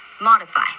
modify